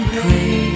pray